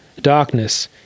darkness